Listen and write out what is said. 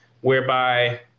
whereby